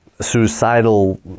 suicidal